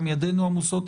גם ידינו עמוסות,